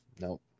nope